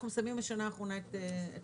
אנחנו מסיימים את השנה האחרונה את התכנון,